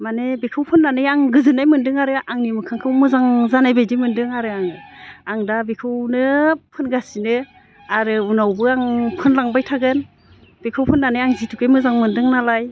माने बेखौ फोननानै आं गोजोनना मोन्दों आरो आंनि मोखांखौ मोजां जानाय मोन्दों आरो आङो आं दा बेखौनो फोनगासिनो आरो उनावबो आं फोनलांबाय थागोन बेखौ फोननानै आं जिहेतुके मोजां मोन्दों नालाय